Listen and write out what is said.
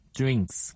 drinks